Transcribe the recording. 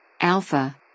Alpha